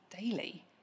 daily